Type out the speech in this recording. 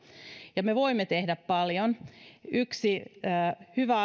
ja me voimme tehdä paljon yksi hyvä